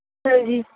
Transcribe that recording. ਹਾਂਜੀ